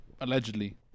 Allegedly